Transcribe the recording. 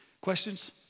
Questions